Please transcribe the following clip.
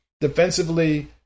defensively